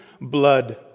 blood